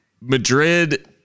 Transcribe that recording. Madrid